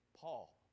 Paul